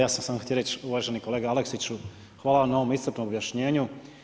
Ja sam samo htio reći uvaženi kolega Aleksiću, hvala vam na ovome iscrpnom objašnjenju.